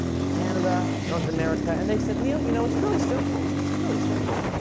to canada, north america. and they said, neil, you know, it's really simple. it's really simple.